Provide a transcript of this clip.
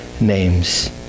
names